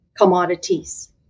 commodities